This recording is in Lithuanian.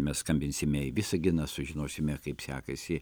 mes skambinsime į visaginą sužinosime kaip sekasi